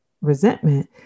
resentment